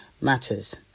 matters